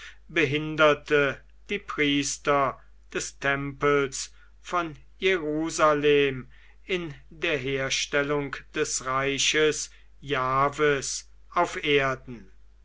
behinderte die priester des tempels von jerusalem in der herstellung des reiches jahves auf erden